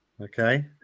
Okay